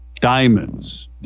diamonds